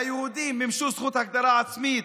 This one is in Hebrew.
היהודים מימשו זכות הגדרה עצמית,